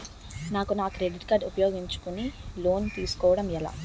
నాకు నా credit card ఉపయోగించుకుని లోన్ తిస్కోడం ఎలా?